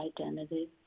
identity